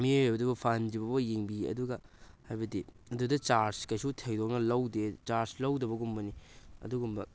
ꯃꯤꯑꯣꯏ ꯑꯗꯨꯕꯨ ꯐꯍꯟꯗ꯭ꯔꯤꯐꯧꯕ ꯌꯦꯡꯕꯤ ꯑꯗꯨꯒ ꯍꯥꯏꯕꯗꯤ ꯑꯗꯨꯗ ꯆꯥꯔꯖ ꯀꯩꯁꯨ ꯊꯣꯏꯗꯣꯛꯅ ꯂꯧꯗꯦ ꯆꯥꯔꯖ ꯂꯧꯗꯕꯒꯨꯝꯕꯅꯤ ꯑꯗꯨꯒꯨꯝꯕ